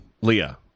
Leah